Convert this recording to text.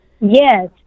Yes